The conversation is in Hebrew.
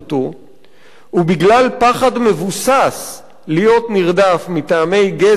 ובגלל פחד מבוסס להיות נרדף מטעמי גזע,